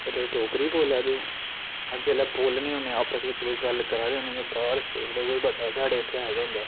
कि एह् तुस डोगरी बोल्ला दे ओ ते अस जेल्लै बोल्ला ने होन्ने आं ते आपस बिच गल्ल करा ने होन्ने आं बाह्र स्टेट दा कोई बंदा साढ़े इत्थै आए दा होंदा